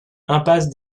impasse